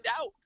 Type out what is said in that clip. out